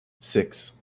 six